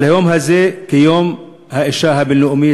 על היום הזה כיום האישה הבין-לאומי.